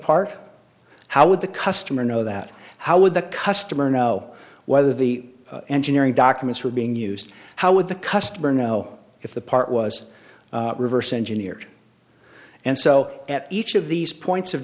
part how would the customer know that how would the customer know whether the engineering documents were being used how would the customer know if the part was reverse engineered and so at each of these points of